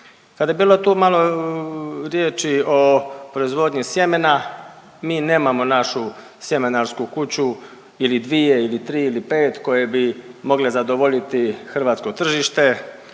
Kada je tu bilo malo riječi o proizvodnji sjemena, mi nemamo našu sjemenarsku kuću ili dvije ili tri ili pet koje bi mogle zadovoljiti hrvatsko tržište.